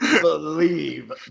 believe